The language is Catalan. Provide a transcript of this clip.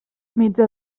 mitja